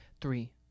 Three